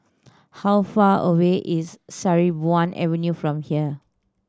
how far away is Sarimbun Avenue from here